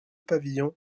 pavillons